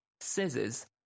scissors